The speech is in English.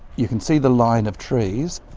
you can see the line of trees.